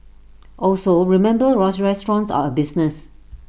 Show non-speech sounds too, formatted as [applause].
also remember [hesitation] restaurants are A business